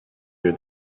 you